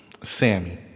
Sammy